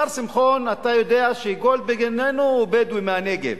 השר שמחון, אתה יודע שגולדברג איננו בדואי מהנגב.